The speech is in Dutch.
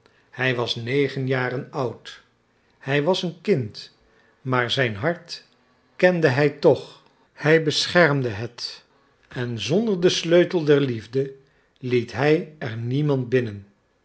hij was negen jaren oud hij was een kind maar zijn hart kende hij toch hij beschermde het en zonder den sleutel der liefde liet hij er niemand binnen